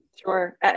Sure